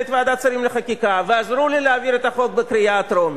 את ועדת שרים לחקיקה ועזרו לי להעביר את החוק בקריאה הטרומית.